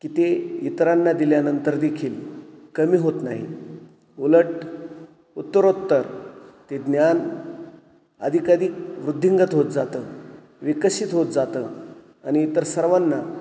की ते इतरांना दिल्यानंतर देखील कमी होत नाही उलट उत्तरोत्तर ते ज्ञान अधिकाधिक वृद्धिंगत होत जातं विकसित होत जातं आणि इतर सर्वांना